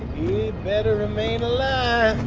better remain alive!